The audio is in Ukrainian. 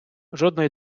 жодної